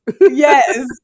Yes